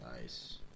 nice